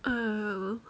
um